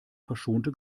verschonte